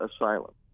asylum